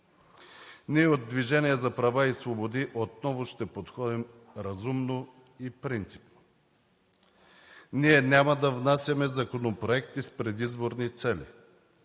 Ние от „Движение за права и свободи“ отново ще подходим разумно и принципно. Ние няма да внасяме законопроекти с предизборни цели,